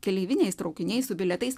keleiviniais traukiniais su bilietais